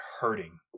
hurting